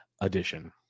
edition